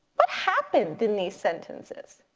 what happened in these sentences?